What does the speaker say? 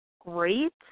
great